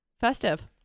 Festive